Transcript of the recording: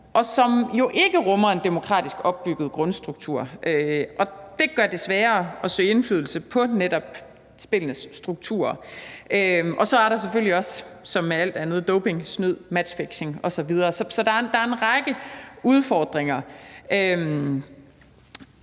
og som jo ikke rummer en demokratisk opbygget grundstruktur, og det gør det sværere at søge indflydelse på netop spillenes struktur. Og så er der jo selvfølgelig som med alt andet også doping, snyd, matchfixing osv. Så der er en række udfordringer. Jeg